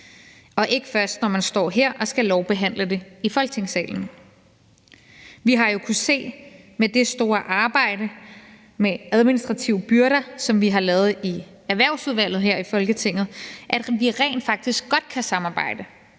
partier, før man står her og skal lovbehandle det i Folketingssalen. Vi har jo med det store arbejde med de administrative byrder, som vi har lavet i Erhvervsudvalget her i Folketinget, kunnet se, at vi rent faktisk godt kan samarbejde